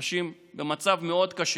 אנשים במצב מאוד קשה.